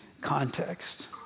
context